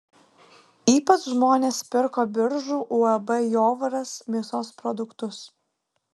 ypač žmonės pirko biržų uab jovaras mėsos produktus